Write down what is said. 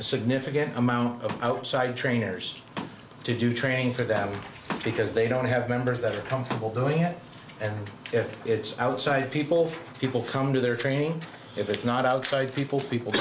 a significant amount of outside trainers to do train for them because they don't have members that are comfortable doing that and if it's outside people people come to their training if it's not outside people people